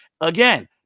Again